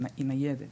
היא ניידת,